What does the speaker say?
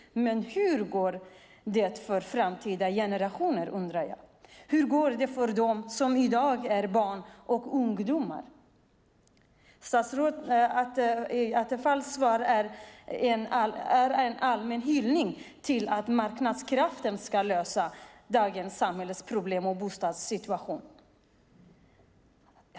Men hur går det för framtida generationer? Hur går det för dem som i dag är barn och ungdomar? Statsrådet Attefalls svar är en allmän hyllning till marknadskrafterna, som ska lösa dagens samhällsproblem och bostadssituation.